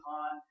on